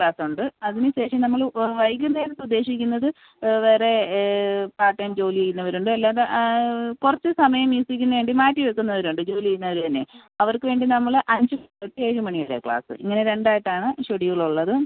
class ഉണ്ട് അതിന് ശേഷം നമ്മൾ വൈകുന്നേരം ഉദ്ദേശിക്കുന്നത് വേറെ പാർട്ട് ടൈം ജോലി ചെയ്യുന്നവരുണ്ട് അല്ലാതെ കുറച്ച് സമയം മ്യൂസിക്കിന് വേണ്ടി മാറ്റി വെക്കുന്നവരുണ്ട് ജോലി ചെയ്യുന്നവർ തന്നെ അവർക്ക് വേണ്ടി നമ്മൾ അഞ്ച് മണി തൊട്ട് ഏഴ് മണി വരെയാ ക്ലാസ് ഇങ്ങനെ രണ്ടായിട്ടാണ് ഷെഡ്യൂൾ ഉള്ളത്